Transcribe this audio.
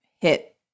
hit